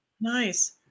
Nice